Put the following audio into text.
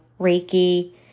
Reiki